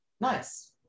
Nice